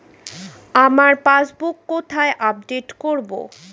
আমার পাসবুক কোথায় আপডেট করব?